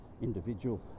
individual